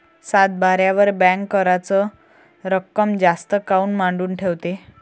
सातबाऱ्यावर बँक कराच रक्कम जास्त काऊन मांडून ठेवते?